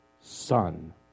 son